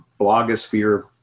blogosphere